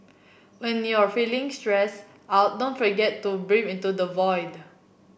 when you are feeling stress out don't forget to breathe into the void